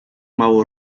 mało